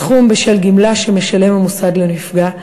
סכום בשל גמלה שמשלם המוסד לנפגע,